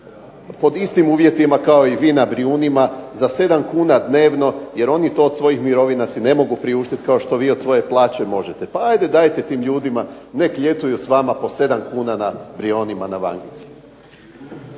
pod istim uvjetima kao i vi na Brijunima za 7 kuna dnevno jer oni to od svojih mirovina si ne mogu priuštiti kao što vi od svoje plaće možete. Pa hajde, dajte tim ljudima nek ljetuju s vama po 7 kuna na Briunima na Vangici.